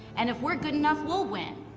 and if we're good enough, we'll win.